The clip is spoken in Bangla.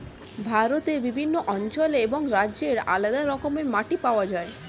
ভারতের বিভিন্ন অঞ্চলে এবং রাজ্যে আলাদা রকমের মাটি পাওয়া যায়